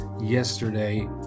yesterday